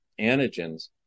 antigens